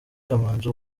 kamanzi